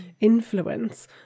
influence